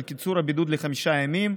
על קיצור הבידוד לחמישה ימים.